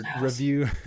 review